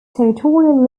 territorial